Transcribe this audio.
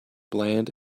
bland